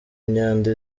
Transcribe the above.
imyanda